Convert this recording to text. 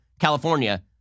California